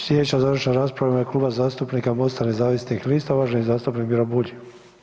Slijedeća završna rasprava je u ime Kluba zastupnika MOST-a nezavisnih lista, uvaženi zastupnik Miro Bulj.